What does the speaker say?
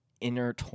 inner